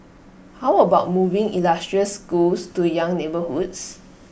how about moving illustrious schools to young neighbourhoods